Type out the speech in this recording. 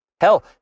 Hell